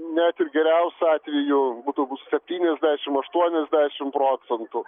net ir geriausiu atveju būtų septyniasdešim aštuoniasdešim procentų